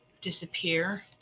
disappear